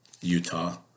Utah